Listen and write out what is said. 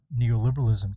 neoliberalism